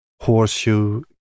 Horseshoe